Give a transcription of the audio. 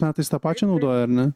metais tą pačią naudoja ar ne